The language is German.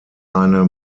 eine